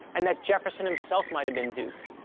and that jefferson himself might have been duped.